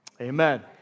Amen